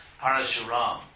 Parashuram